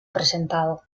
presentado